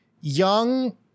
young